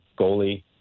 goalie